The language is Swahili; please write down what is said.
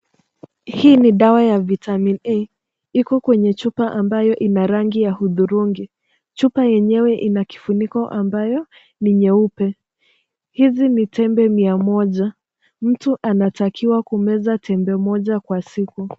Hii ni dawa ya Vitamin A, iko kwenye chupa ambayo ina rangi ya hudhurungi. Chupa yenyewe ina kifuniko ambayo ni nyeupe. Hizi ni tembe 100. Mtu anatakiwa kumeza tembe moja kwa siku.